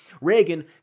Reagan